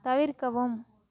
தவிர்க்கவும்